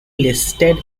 listed